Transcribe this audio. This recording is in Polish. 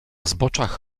zboczach